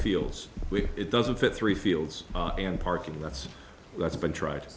feels it doesn't fit three fields and parking lots that's been tried